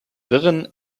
wirren